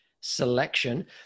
selection